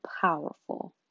powerful